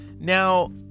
Now